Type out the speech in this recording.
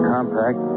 Compact